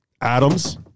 Adams